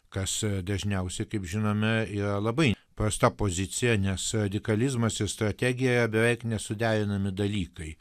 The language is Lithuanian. kas dažniausia kaip žinome yra labai prasta pozicija nes radikalizmas jis strategija beveik nesuderinami dalykai